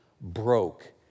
broke